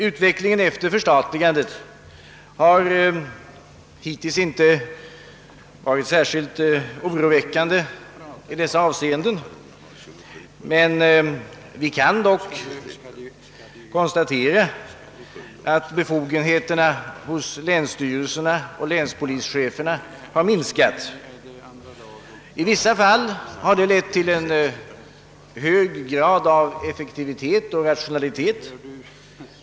Utvecklingen efter förstatligandet har hittills inte varit särskilt oroväckande i dessa avseenden, men vi kan dock konstatera att de befogenheter som ligger hos länsstyrelserna och länspolischeferna har minskat. I vissa fall har det lett till en högre grad av effektivitet och rationalisering.